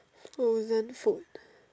frozen food